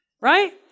Right